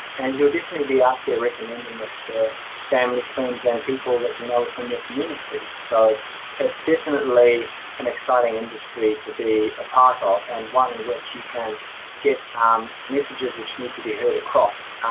and you'll definitely be out there recommending it to family, friends and people that you know within and your communities. so it's definitely an exciting industry to be a part of, and one in which you can get messages which need to be heard across